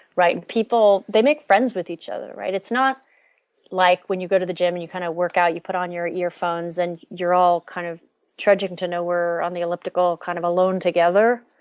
right. people they make friends with each other, right. it's not like when you go to the gym and you kind of workout, you put on your earphones and you're all kind of judging to know we're on the elliptical kind of alone together,